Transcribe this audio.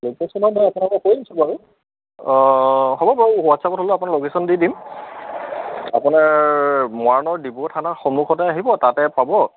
লোকেশ্য়নত মই আপোনালোকক কৈ দিছোঁ বাৰু অঁ হ'ব বাৰু হোৱাটছআপত হ'লেও আপোনাৰ লোকেশ্যন দি দিম আপোনাৰ মৰাণৰ ডিব্ৰুগড় থানাৰ সন্মুখতে আহিব তাতে পাব